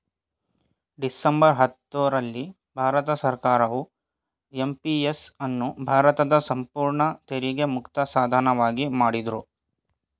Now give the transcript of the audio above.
December ಹತ್ತು ರಲ್ಲಿ ಭಾರತ ಸರ್ಕಾರವು ಎಂ.ಪಿ.ಎಸ್ ಅನ್ನು ಭಾರತದ ಸಂಪೂರ್ಣ ತೆರಿಗೆ ಮುಕ್ತ ಸಾಧನವಾಗಿ ಮಾಡಿದ್ರು